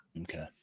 Okay